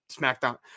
SmackDown